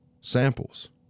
Samples